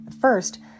First